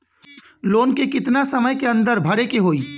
Loan के कितना समय के अंदर भरे के होई?